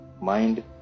mind